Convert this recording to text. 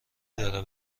داره